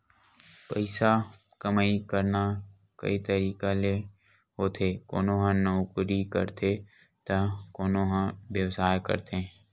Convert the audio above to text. पइसा कमई करना कइ तरिका ले होथे कोनो ह नउकरी करथे त कोनो ह बेवसाय करथे